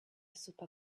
super